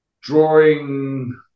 drawing